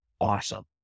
awesome